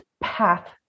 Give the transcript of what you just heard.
path